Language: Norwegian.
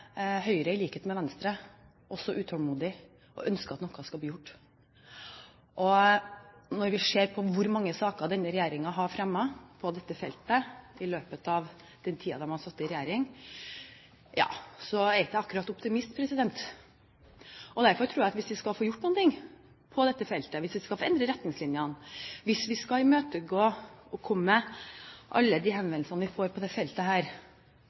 Høyre i likhet med Venstre også utålmodig og ønsker at noe skal bli gjort. Når vi ser på hvor mange saker denne regjeringen har fremmet på dette feltet i løpet av den tiden de har sittet i regjering, er jeg ikke akkurat optimist. Derfor tror jeg at hvis vi skal få gjort noe på dette feltet, hvis vi skal få endret retningslinjene, hvis vi skal imøtekomme alle henvendelsene vi får på dette feltet,